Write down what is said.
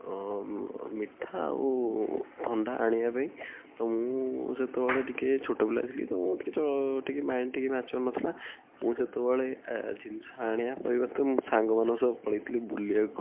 ମିଠା ଆଉ ଥଣ୍ଡା ଆଣିବା ପାଇଁ ତ ମୁଁ ସେତେବେଳେ ଟିକେ ଛୋଟପିଲା ଥିଲି ତ ମୁଁ ଟିକେ ମାଇଣ୍ଡ୍ ଟିକେ ମେଚ୍ୟୁର୍ ନଥିଲା ମୁଁ ଯେତେବେଳେ ଜିନଷ ଆଣିବା ପରିବର୍ତ୍ତେ ମୋ ସାଙ୍ଗମାନଙ୍କ ସହ ପଳାଇଥିଲି ବୁଲିବାକୁ